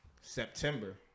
September